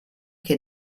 che